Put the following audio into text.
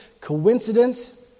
coincidence